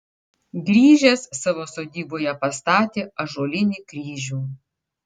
grįžęs savo sodyboje pastatė ąžuolinį kryžių